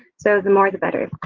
so, the more, the better. and.